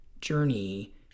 journey